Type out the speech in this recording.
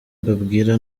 mbabwira